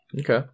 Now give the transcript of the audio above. Okay